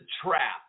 trap